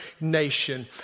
nation